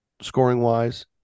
scoring-wise